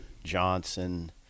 Johnson